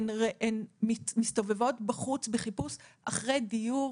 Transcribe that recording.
הן מסתובבות בחוץ בחיפוש אחרי דיור